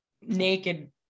naked